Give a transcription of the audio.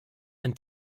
ein